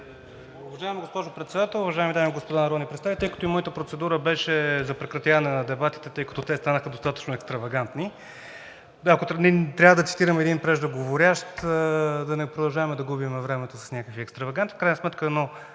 Уважаема госпожо Председател, уважаеми дами и господа народни представители! Тъй като и моята процедура беше за прекратяване на дебатите, тъй като те станаха достатъчно екстравагантни. Ако трябва да цитирам един преждеговорящ, да не продължаваме да губим времето с някакви екстраваганти. В крайна сметка едно